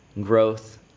Growth